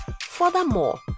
Furthermore